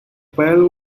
pearl